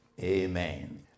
Amen